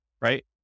right